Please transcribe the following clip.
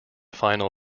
final